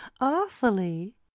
awfully